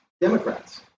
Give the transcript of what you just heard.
Democrats